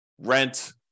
rent